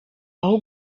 aho